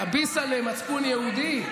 א ביסלע מצפון יהודי?